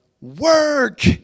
Work